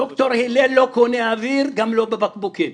ד"ר הלל לא קונה אוויר, גם לא בבקבוקים.